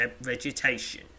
vegetation